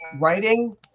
writing